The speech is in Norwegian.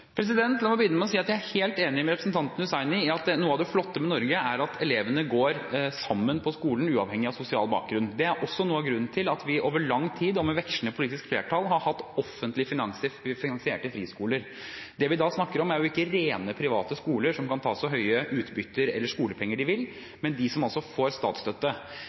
La meg begynne med å si at jeg er helt enig med representanten Hussaini i at noe av det flotte med Norge er at elevene går sammen på skolen, uavhengig av sosial bakgrunn. Det er også noe av grunnen til at vi over lang tid og med vekslende politisk flertall har hatt offentlig finansierte friskoler. Det vi da snakker om, er ikke rene private skoler som kan ta så høye utbytter eller skolepenger de vil, men de som får statsstøtte. Mot at de får statsstøtte,